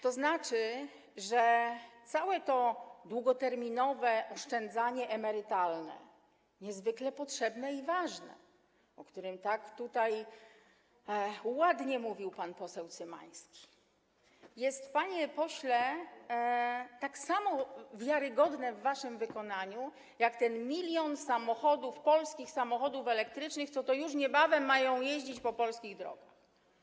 To znaczy, że całe to długoterminowe oszczędzanie emerytalne, niezwykle potrzebne i ważne, o którym tak ładnie mówił tutaj pan poseł Cymański, jest, panie pośle, tak samo wiarygodne w waszym wykonaniu jak ten 1 mln polskich samochodów elektrycznych, co to już niebawem mają jeździć po polskich drogach.